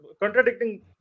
contradicting